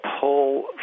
pull